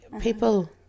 people